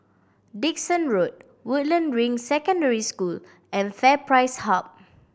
Dickson Road Woodland Ring Secondary School and FairPrice Hub